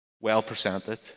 well-presented